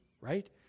right